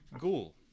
ghoul